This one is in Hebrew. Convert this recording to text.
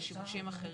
לשימושים אחרים.